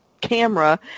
camera